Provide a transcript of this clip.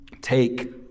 take